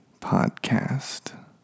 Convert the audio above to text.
podcast